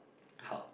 how